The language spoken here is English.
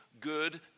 good